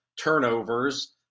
turnovers